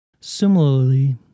Similarly